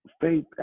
faith